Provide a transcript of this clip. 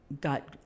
got